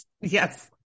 Yes